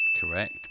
Correct